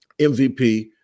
mvp